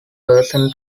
person